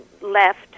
left